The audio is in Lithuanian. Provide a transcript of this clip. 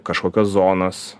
kažkokios zonos